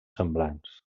semblants